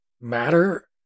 matter